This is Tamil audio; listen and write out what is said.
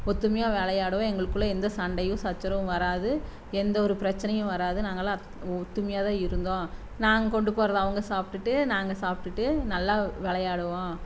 ஒத்துமையாக விளையாடுவோம் எங்களுக்குள்ளே எந்த சண்டையும் சச்சரவும் வராது எந்த ஒரு பிரச்சனையும் வராது நாங்கள்லாம் ஒத்துமையாக தான் இருந்தோம் நாங்கள் கொண்டு போகிறத அவங்க சாப்பிட்டுட்டு நாங்கள் சாப்பிட்டுட்டு நல்லா விளையாடுவோம்